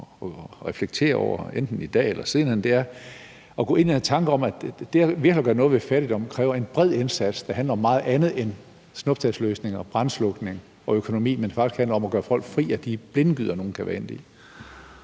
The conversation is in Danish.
at reflektere over, enten i dag eller senere, er at gå ind i den her tanke om virkelig at gøre noget ved fattigdom kræver en bred indsats, der handler om meget andet end snuptagsløsninger og brandslukning og økonomi. Det handler faktisk om at gøre folk fri af de blindgyder, man kan være endt i.